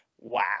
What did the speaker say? wow